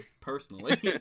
personally